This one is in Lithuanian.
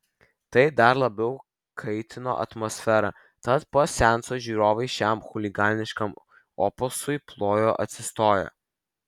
tai dar labiau kaitino atmosferą tad po seanso žiūrovai šiam chuliganiškam opusui plojo atsistoję